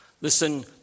Listen